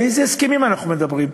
על איזה הסכמים אנחנו מדברים?